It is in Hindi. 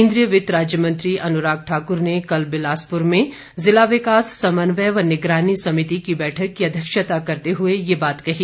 केन्द्रीय वित्त राज्य मंत्री अनुराग ठाक्र ने कल बिलासपुर में जिला विकास समन्वय व निगरानी समिति की बैठक की अध्यक्षता करते हए ये बात कही